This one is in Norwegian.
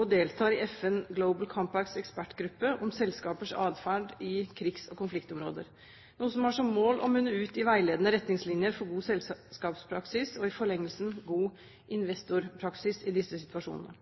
og deltar i FNs Global Compacts ekspertgruppe om selskapers atferd i krigs- og konfliktområder, noe som har som mål å munne ut i veiledende retningslinjer for god selskapspraksis og i forlengelsen god